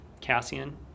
Cassian